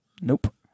nope